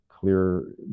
clear